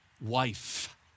wife